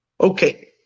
Okay